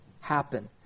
happen